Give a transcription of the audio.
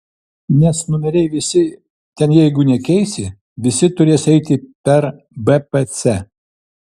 nes numeriai visi ten jeigu nekeisi visi turės eiti per bpc